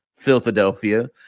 Philadelphia